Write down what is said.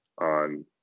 on